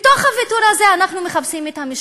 מתוך הוויתור הזה אנחנו מחפשים את המשותף,